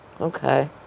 Okay